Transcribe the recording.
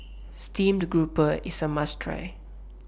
Steamed Grouper IS A must Try